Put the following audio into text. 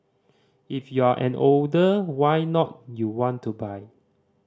if you're an older why not you want to buy